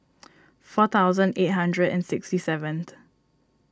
four thousand eight hundred and sixty seventh